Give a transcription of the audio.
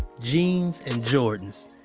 jeans and jordans.